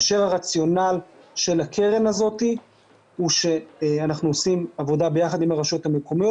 הרציונל של הקרן הזאת הוא שאנחנו עושים עבודה ביחד עם הרשויות המקומיות